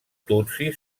tutsi